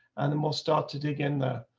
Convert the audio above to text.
and then we'll start to dig in there.